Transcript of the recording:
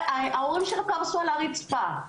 ההורים שלו קרסו על הרצפה.